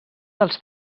dels